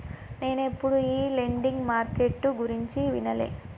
నేనెప్పుడు ఈ lending market గురించి వినలే